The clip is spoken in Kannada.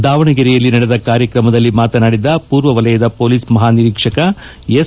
ದಾವಣಗೆರೆಯಲ್ಲಿ ನಡೆದ ಕಾರ್ಯಕ್ರಮದಲ್ಲಿ ಮಾತನಾಡಿದ ಪೂರ್ವವಲಯದ ಪೊಲೀಸ್ ಮಹಾ ನಿರೀಕ್ಷಕ ಎಸ್